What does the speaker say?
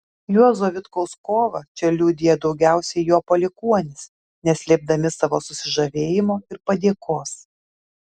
juozo vitkaus kovą čia liudija daugiausiai jo palikuonys neslėpdami savo susižavėjimo ir padėkos